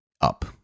up